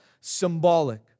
symbolic